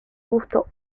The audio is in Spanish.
gusto